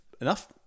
Enough